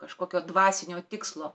kažkokio dvasinio tikslo